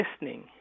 listening